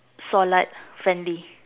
solat friendly